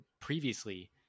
previously